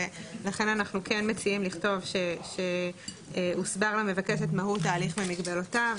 ולכן אנחנו כן מציעים לכתוב שהוסבר למבקשת מהות ההליך ומגבלותיו.